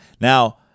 Now